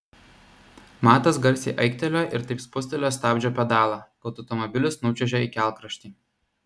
matas garsiai aiktelėjo ir taip spustelėjo stabdžio pedalą kad automobilis nučiuožė į kelkraštį